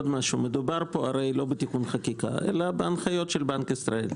מדובר פה לא בתיקון חקיקה אלא בהנחיות של בנק ישראל.